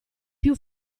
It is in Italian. più